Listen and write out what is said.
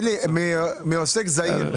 מעוסק זעיר,